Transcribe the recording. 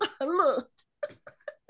look